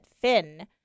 Finn